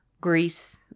Greece